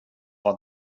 vad